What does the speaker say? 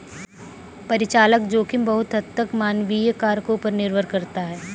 परिचालन जोखिम बहुत हद तक मानवीय कारकों पर निर्भर करता है